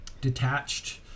detached